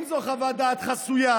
אם זו חוות דעת חסויה,